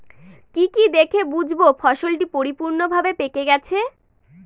কি কি দেখে বুঝব ফসলটি পরিপূর্ণভাবে পেকে গেছে?